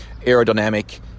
aerodynamic